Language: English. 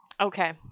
Okay